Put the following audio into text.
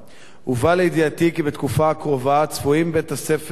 הובא לידיעתי כי בתקופה הקרובה צפויים בתי-ספר,